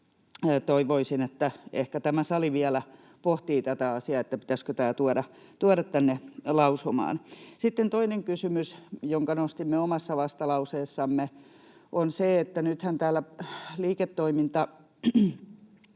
toivoisin, että ehkä tämä sali vielä pohtii tätä asiaa, että pitäisikö tämä tuoda tänne lausumaan. Sitten toinen kysymys, jonka nostimme omassa vastalauseessamme, on se, että nythän täällä liiketoimintakieltorekisterin